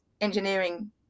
engineering